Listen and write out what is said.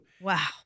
Wow